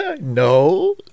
No